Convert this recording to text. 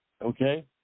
Okay